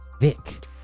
Vic